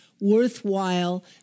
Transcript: worthwhile